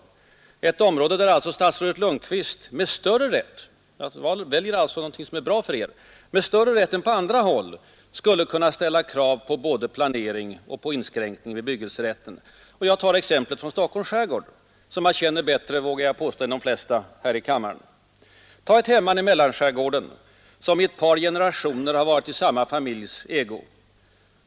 Det gäller ett område där alltså statsrådet Lundkvist med större rätt än på andra håll — jag väljer alltså någonting som är bra för Er — skulle kunna ställa krav på både planering och inskränkning i bebyggelserätten. Jag tar exemplet från Stockholms skärgård, som jag känner bättre, vågar jag påstå, än de flesta här i kammaren. Tag ett hemman i mellanskärgården som i ett par generationer har varit i samma familjs ägo.